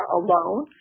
alone